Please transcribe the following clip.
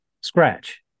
Scratch